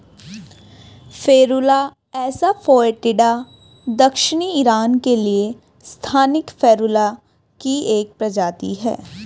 Ferula assa foetida दक्षिणी Iran के लिए स्थानिक फेरुला की एक प्रजाति है